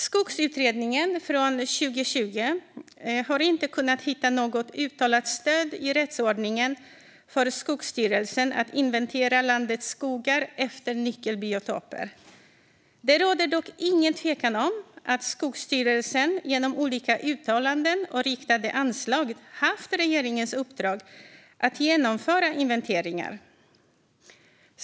Skogsutredningen från 2020 har inte kunnat hitta något uttalat stöd i rättsordningen för Skogsstyrelsen att inventera landets skogar efter nyckelbiotoper. Det råder dock ingen tvekan om att Skogsstyrelsen genom olika uttalanden och riktade anslag haft regeringens uppdrag att genomföra inventeringar.